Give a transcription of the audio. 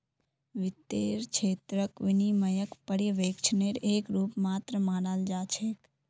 वित्तेर क्षेत्रत विनियमनक पर्यवेक्षनेर एक रूप मात्र मानाल जा छेक